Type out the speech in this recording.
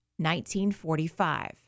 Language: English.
1945